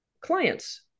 clients